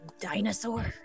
dinosaur